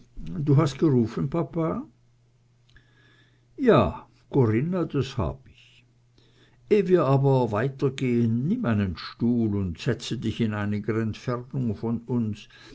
du hast gerufen papa ja corinna das hab ich eh wir aber weitergehen nimm einen stuhl und setze dich in einiger entfernung von uns